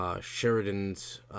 Sheridan's